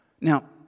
Now